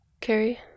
Carrie